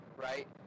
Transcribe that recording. right